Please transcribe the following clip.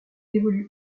évolue